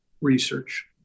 research